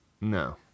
No